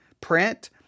print